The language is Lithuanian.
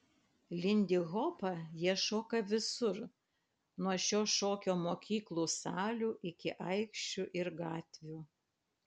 lindihopą jie šoka visur nuo šio šokio mokyklų salių iki aikščių ir gatvių